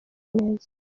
neza